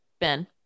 Ben